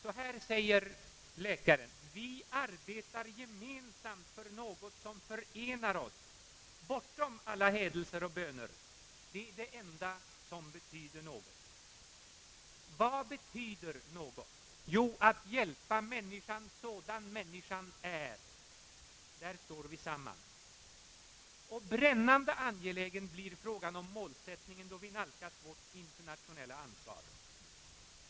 Där sägs: »Vi arbetar gemensamt för något som förenar oss bortom alla hädelser och böner. Det är det enda som betyder något.» Vad betyder något? Jo, att hjälpa människan sådan människan är! Där står vi samman. Brännande angelägen blir frågan om målsättningen, då vi nalkas vårt internationella ansvar.